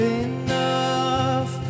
enough